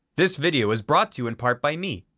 this video is brought to you in part by me.